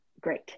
great